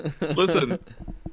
Listen